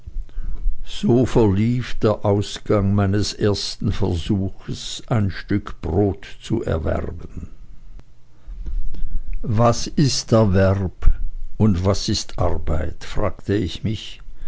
so verlief der ausgang meines ersten versuches ein stück brot zu erwerben was ist erwerb und was ist arbeit fragte ich mich